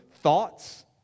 thoughts